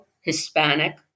Hispanic